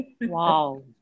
Wow